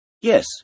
Yes